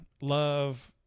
love